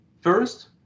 first